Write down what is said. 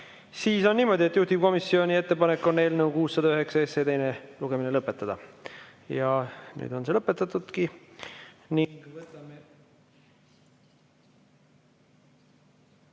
Siis on niimoodi, et juhtivkomisjoni ettepanek on eelnõu 609 teine lugemine lõpetada ja nüüd ongi see lõpetatud.